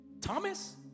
Thomas